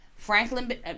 Franklin